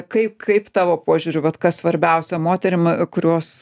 kaip kaip tavo požiūriu vat kas svarbiausia moterim kurios